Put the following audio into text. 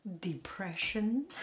depression